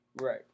right